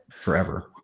forever